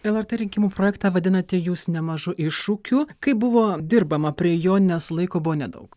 lrt rinkimų projektą vadinate jūs nemažu iššūkiu kaip buvo dirbama prie jo nes laiko buvo nedaug